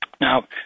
Now